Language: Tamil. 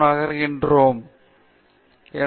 எனவே நாம் பார்க்க வேண்டிய விஷயம் நாம் அதை செய்வோம்